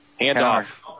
Handoff